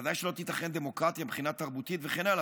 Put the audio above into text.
בוודאי שלא תיתכן דמוקרטיה מבחינה תרבותית וכן הלאה,